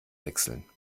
wechseln